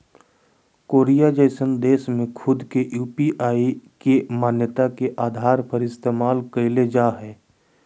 Korea जइसन देश में खुद के यू.पी.आई के मान्यता के आधार पर इस्तेमाल कईल जा हइ